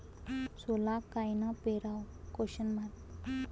सोला कायनं पेराव?